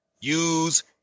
use